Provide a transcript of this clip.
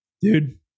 dude